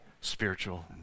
spiritual